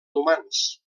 humans